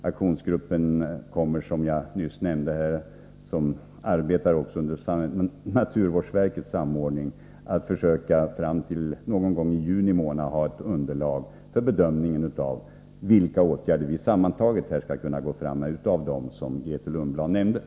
Aktionsgruppens arbete sker, som jag sade, i samarbete med naturvårdsverket, och man har som utgångspunkt att någon gång i juni ha fått fram ett underlag för bedömningen av vilka åtgärder — Grethe Lundblad nämnde några — vi sammantaget skall vidta.